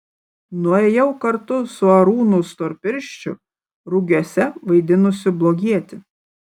nuėjau kartu su arūnu storpirščiu rugiuose vaidinusiu blogietį